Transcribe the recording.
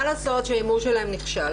מה לעשות שההימור שלהם נכשל.